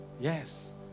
yes